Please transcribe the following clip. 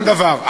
אין דבר.